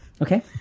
Okay